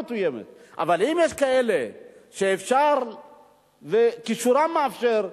אם יש כאלה שאפשר וכישורם מאפשר,